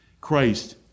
Christ